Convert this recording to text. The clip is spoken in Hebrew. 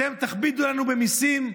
אתם תכבידו עלינו במיסים,